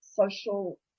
social